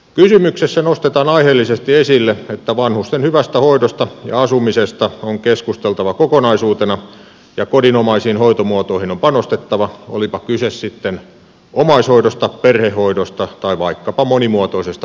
kysymyksessä nostetaan aiheellisesti esille että vanhusten hyvästä hoidosta ja asumisesta on keskusteltava kokonaisuutena ja kodinomaisiin hoitomuotoihin on panostettava olipa kyse sitten omaishoidosta perhehoidosta tai vaikkapa monimuotoisesta palveluasumisesta